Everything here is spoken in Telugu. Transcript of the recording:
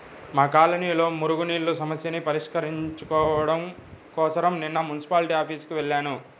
మా కాలనీలో మురుగునీళ్ళ సమస్యని పరిష్కరించుకోడం కోసరం నిన్న మున్సిపాల్టీ ఆఫీసుకి వెళ్లాను